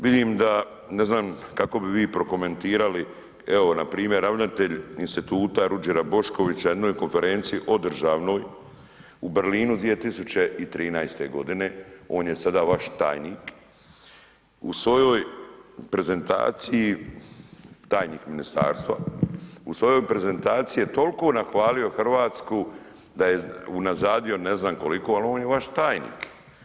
Vidim da, ne znam kako bi vi prokomentirali evo npr. ravnatelj Instituta Ruđera Boškovića na jednoj konferenciji održanoj u Berlinu 2013., on je sada vaš tajnik, u svojoj prezentaciji, tajnik ministarstva, u svojoj prezentaciji je tolko nahvalio RH da je unazadio ne znam koliko, ali on je vaš tajnik.